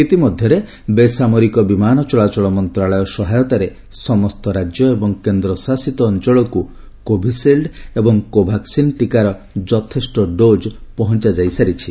ଇତିମଧ୍ୟରେ ବେସାମରିକ ବିମାନ ଚଳାଚଳ ମନ୍ତାଳୟ ସହାୟତାରେ ସମସ୍ତ ରାଜ୍ୟ ଓ କେନ୍ଦ୍ରଶାସିତ ଅଞ୍ଚଳକୁ କୋଭିସିଲ୍ଡ୍ ଏବଂ କୋଭାକ୍ସିନ୍ ଟିକାର ଯଥେଷ୍ଟ ଡୋଜ୍ ପହଞ୍ଚାଯାଇ ସାରିଛି